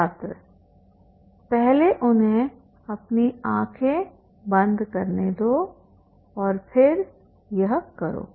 छात्र पहले उन्हें अपनी आँखें बंद करने दो और फिर यह करो